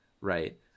right